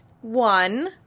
one